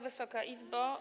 Wysoka Izbo!